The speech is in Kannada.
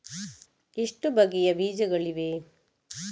ಎಷ್ಟು ಬಗೆಯ ಬೀಜಗಳಿವೆ?